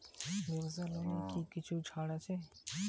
ব্যাবসার লোনে কি কিছু ছাড় আছে?